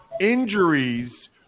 injuries